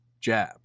jab